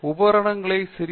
பேராசிரியர் அபிஜித் பி